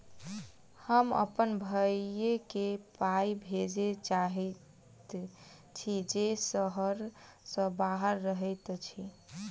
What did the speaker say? हम अप्पन भयई केँ पाई भेजे चाहइत छि जे सहर सँ बाहर रहइत अछि